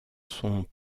sont